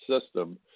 system